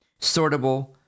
sortable